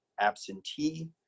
absentee